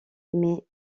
mais